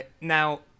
Now